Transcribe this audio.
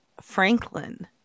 Franklin